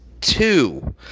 two